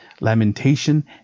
lamentation